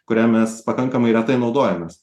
kuria mes pakankamai retai naudojamės